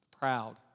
Proud